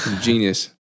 genius